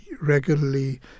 regularly